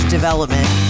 Development